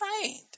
trained